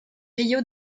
rio